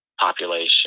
population